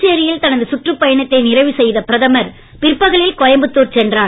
புதுச்சேரியில் தனது சுற்றுப் பயணத்தை நிறைவுசெய்த பிரதமர் பிற்பகலில் கோயம்புத்தூர் சென்றார்